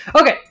Okay